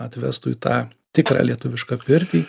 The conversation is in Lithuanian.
atvestų į tą tikrą lietuvišką pirtį